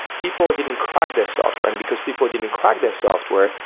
people didn't crack the software. because people didn't crack the software,